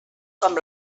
com